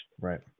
Right